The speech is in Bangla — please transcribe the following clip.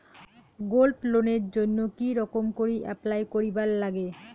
গোল্ড লোনের জইন্যে কি রকম করি অ্যাপ্লাই করিবার লাগে?